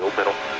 so middle.